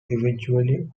equivalent